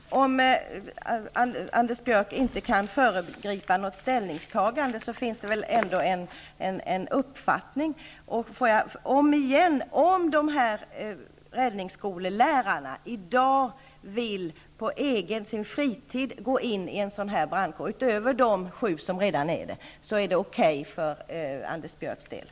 Fru talman! Även om Anders Björck inte kan föregripa något ställningstagande har han väl ändå en uppfattning. Jag vill återigen fråga: Är det för Anders Björcks del okej att de räddningsskolelärare som i dag på sin fritid vill gå in i en sådan här brandkår -- utöver de sju som redan är engagerade -- gör detta?